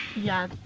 yeah,